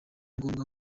ngombwa